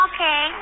Okay